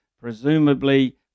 Presumably